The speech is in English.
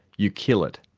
you kill it.